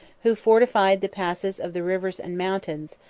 who fortified the passes of the rivers and mountains,